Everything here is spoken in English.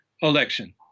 election